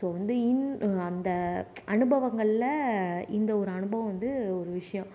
அந்த அனுபவங்கள்ல இந்த ஒரு அனுபவம் வந்து ஒரு விஷயோம்